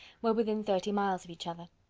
were within thirty miles of each other.